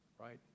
right